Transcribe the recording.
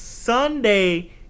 Sunday